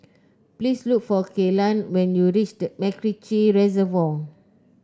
please look for Kelan when you reach the MacRitchie Reservoir